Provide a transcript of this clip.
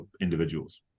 individuals